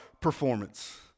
performance